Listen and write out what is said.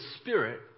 spirit